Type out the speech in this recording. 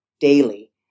daily